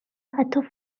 حتی